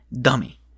dummy